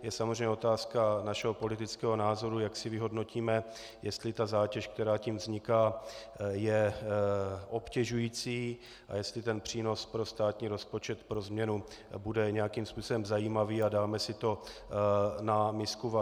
Je samozřejmě otázka našeho politického názoru, jak si vyhodnotíme, jestli ta zátěž, která tím vzniká, je obtěžující a jestli přínos pro státní rozpočet pro změnu bude nějakým způsobem zajímavý a dáme si to na misku vah.